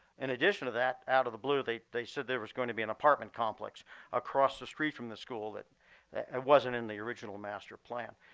in addition to that, out of the blue, they they said there was going to be an apartment complex across the street from the school that wasn't in the original master plan.